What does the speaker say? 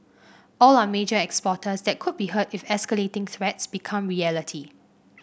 all are major exporters that could be hurt if escalating threats become reality